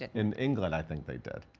in england i think they did.